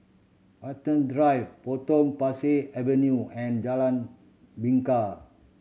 Watten Drive Potong Pasir Avenue and Jalan Bingka